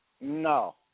No